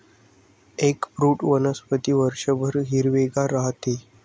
eggfruit वनस्पती वर्षभर हिरवेगार राहते